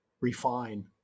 refine